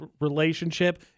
relationship